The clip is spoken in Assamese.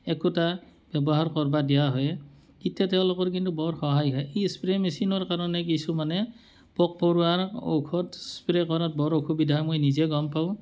একোটা ব্যৱহাৰ কৰবা দিয়া হয় এতিয়া তেওঁলোকৰ কিন্তু বৰ সহায় হয় এই স্প্ৰে মেচিনৰ কাৰণে কিছুমানে পোক পৰুৱাৰ ঔষধ স্প্ৰে কৰাত বৰ অসুবিধা মই নিজে গম পাওঁ